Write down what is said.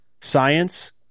Science